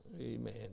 Amen